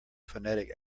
phonetic